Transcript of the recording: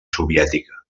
soviètica